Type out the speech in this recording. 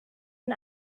and